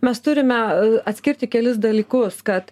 mes turime atskirti kelis dalykus kad